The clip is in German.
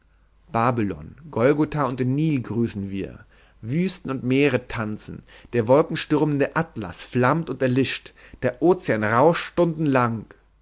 babylon golgatha und den nil grüßen wir wüsten und meere tanzen der wolkenstürmende atlas flammt und erlischt der ozean rauscht stundenlang